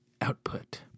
output